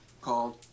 called